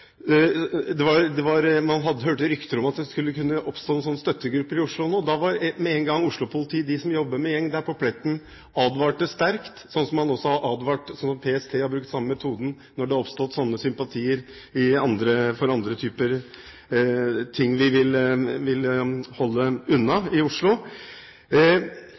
rykter om at det kunne oppstå slike støttegrupper i Oslo nå, og da var med en gang Oslo-politiet, de som jobber med gjengene der, på pletten og advarte sterkt. PST har brukt samme metoden når det har oppstått slike sympatier for andre vi vil holde unna i Oslo. De advarte sterkt, og vi ser ikke noe tilløp til den typen harde kriminelle støttegrupper som MC-miljøene i Oslo